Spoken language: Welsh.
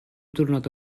diwrnod